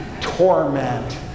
torment